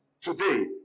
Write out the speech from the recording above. today